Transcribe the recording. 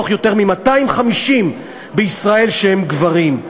מתוך יותר מ-250 ראשי רשויות בישראל שהם גברים.